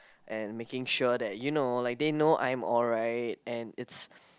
and making sure that you know like they know I'm alright and it's